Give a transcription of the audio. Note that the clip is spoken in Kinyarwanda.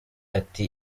ati